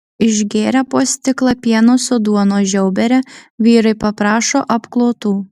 išgėrę po stiklą pieno su duonos žiaubere vyrai paprašo apklotų